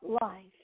life